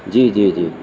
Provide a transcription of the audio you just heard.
جی جی جی